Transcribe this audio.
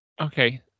Okay